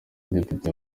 depite